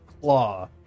claw